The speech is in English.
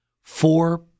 four